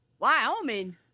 Wyoming